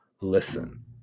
listen